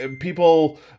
People